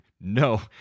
no